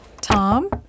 Tom